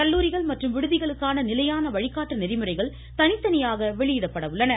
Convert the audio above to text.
கல்லூரிகள் மற்றும் விடுதிகளுக்கான நிலையான வழிகாட்டு நெறிமுறைகள் தனித்தனியாக வெளியிடப்பட உள்ளன